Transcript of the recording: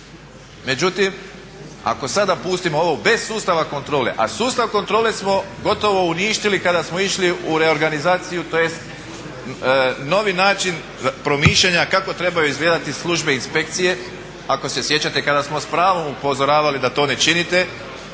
Međutim, ako sada pustimo ovo bez sustava kontrole, a sustav kontrole smo gotovo uništili kada smo išli u reorganizaciju, tj. novi način promišljanja kako trebaju izgledati službe i inspekcije ako se sjećate kada smo s pravom upozoravali da to ne činite